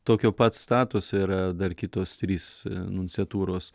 tokio pat statuso yra dar kitos trys nunciatūros